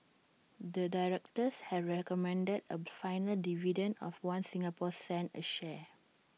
the directors have recommended A final dividend of One Singapore cent A share